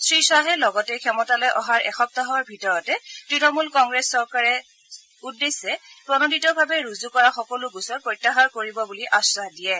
শ্ৰীশ্বাহে লগতে ক্ষমতালৈ অহাৰ এসপ্তাহৰ ভিতৰতে ত্তণমূল কংগ্ৰেছ চৰকাৰে উদ্দেশ্য প্ৰণোদিতভাৱে ৰুজু কৰা সকলো গোচৰ প্ৰত্যাহাৰ কৰিব বুলি আশ্বাস দিয়ে